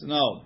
no